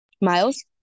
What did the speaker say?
Miles